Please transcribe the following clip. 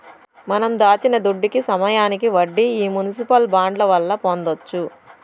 మనం దాచిన దుడ్డుకి సమయానికి వడ్డీ ఈ మునిసిపల్ బాండ్ల వల్ల పొందొచ్చు